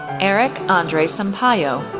erik andre sampayo,